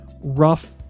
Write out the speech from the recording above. rough